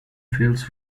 fills